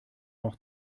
noch